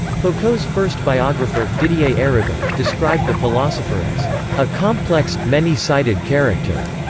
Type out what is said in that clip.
foucault's first biographer, didier eribon, described the philosopher as a complex, many-sided character,